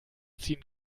ziehen